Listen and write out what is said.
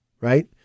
right